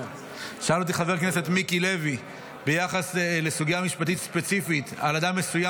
אני מאוד מעריך אותך גם כמשפטן, גם כבן אדם.